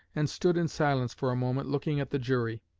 and stood in silence for a moment, looking at the jury.